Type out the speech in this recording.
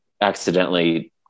accidentally